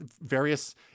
various